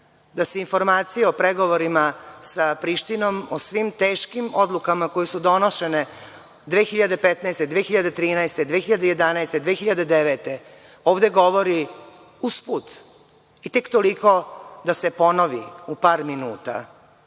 da se informacije o pregovorima sa Prištinom o svim teškim odlukama koje su donošene 2015, 2013, 2011, 2009. godine ovde govori usput i tek toliko da se ponovi u par minuta.